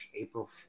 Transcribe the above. April